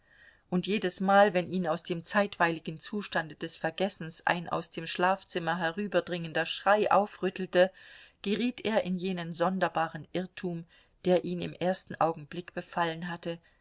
und jedesmal wenn ihn aus dem zeitweiligen zustande des vergessens ein aus dem schlafzimmer herüberdringender schrei aufrüttelte geriet er in jenen sonderbaren irrtum der ihn im ersten augenblick befallen hatte